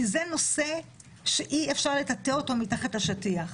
כי זה נושא שאי אפשר לטאטא אותו מתחת לשטיח.